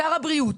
שר הבריאות,